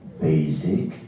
basic